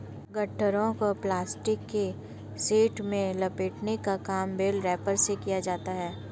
गट्ठरों को प्लास्टिक की शीट में लपेटने का काम बेल रैपर से किया जाता है